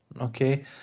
Okay